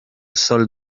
sol